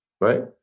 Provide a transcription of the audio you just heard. Right